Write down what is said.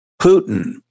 Putin